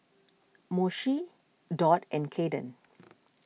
Moshe Dot and Caiden